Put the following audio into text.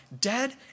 dead